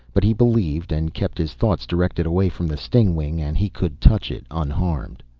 but he believed and kept his thoughts directed away from the stingwing and he could touch it unharmed.